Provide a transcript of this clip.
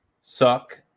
suck